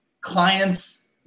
clients